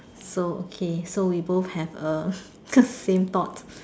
so okay so we both have a same thought